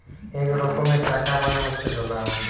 এক রকমের টাকা মানে হচ্ছে ডলার